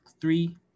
three